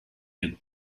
and